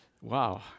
wow